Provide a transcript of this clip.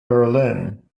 berlin